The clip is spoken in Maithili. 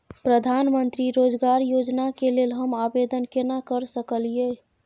प्रधानमंत्री रोजगार योजना के लेल हम आवेदन केना कर सकलियै?